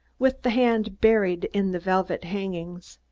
with the hand buried in the velvet hangings.